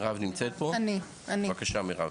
בבקשה, מירב.